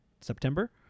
September